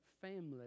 family